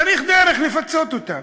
צריך דרך לפצות אותן.